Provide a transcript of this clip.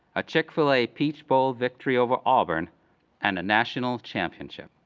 a chick-fil-a peach bowl victory over auburn and a national championship.